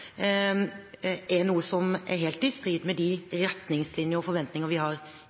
er noe som er helt i strid med de retningslinjer og forventninger vi har